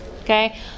okay